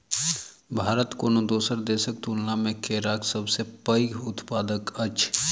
भारत कोनो दोसर देसक तुलना मे केराक सबसे पैघ उत्पादक अछि